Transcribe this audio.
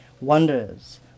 wonders